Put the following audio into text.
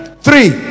Three